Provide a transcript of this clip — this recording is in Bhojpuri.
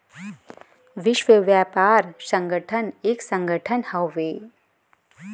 विश्व व्यापार संगठन एक संगठन हउवे